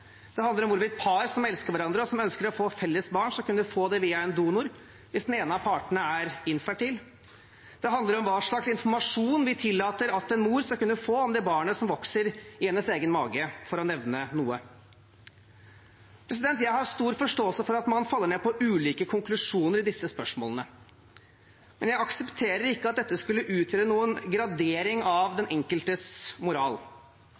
det handler om hvorvidt par som elsker hverandre, og som ønsker å få felles barn, skal kunne få det via en donor hvis den ene av partene er infertil, og det handler om hva slags informasjon vi tillater at en mor skal kunne få om det barnet som vokser i hennes egen mage – for å nevne noe. Jeg har stor forståelse for at man faller ned på ulike konklusjoner i disse spørsmålene, men jeg aksepterer ikke at dette skulle utgjøre noen gradering av den enkeltes moral.